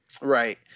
Right